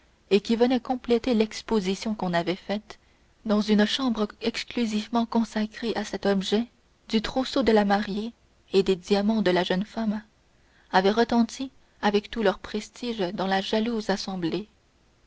et qui venaient compléter l'exposition qu'on avait faite dans une chambre exclusivement consacrée à cet objet du trousseau de la mariée et des diamants de la jeune femme avaient retenti avec tout leur prestige dans la jalouse assemblée